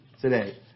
today